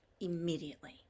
immediately